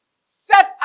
set